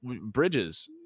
Bridges